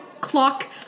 clock